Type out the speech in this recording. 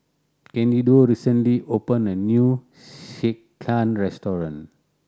Candido recently opened a new Sekihan restaurant